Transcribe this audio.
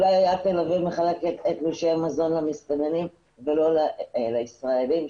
אולי היה צריך לחלק תלושי מזון למסתננים ולא לישראלים.